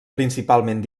principalment